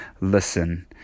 listen